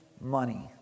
money